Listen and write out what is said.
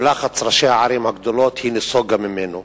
בלחץ ראשי הערים הגדולות היא נסוגה ממנו.